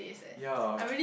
ya